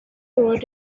wrote